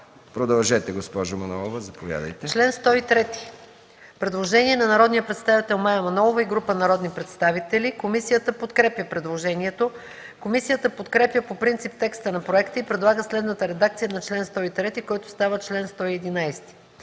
Продължете, госпожо Манолова. ДОКЛАДЧИК МАЯ МАНОЛОВА: Член 103 – предложение на народния представител Мая Манолова и група народни представители. Комисията подкрепя предложението. Комисията подкрепя по принцип текста на проекта и предлага следната редакция на чл. 103 който става чл. 111: